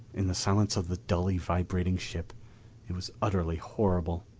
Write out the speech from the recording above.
in the silence of the dully vibrating ship it was utterly horrible.